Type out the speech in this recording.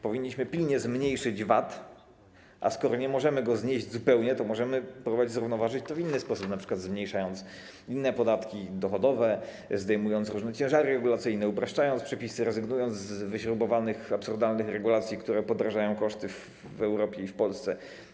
Powinniśmy pilnie zmniejszyć VAT, a skoro nie możemy go zupełnie znieść, to możemy próbować zrównoważyć to w inny sposób, np. zmniejszając inne podatki, dochodowe, zdejmując różne ciężary regulacyjne, uproszczając przepisy, rezygnując z wyśrubowanych, absurdalnych regulacji, które zwiększają koszty w Europie i w Polsce.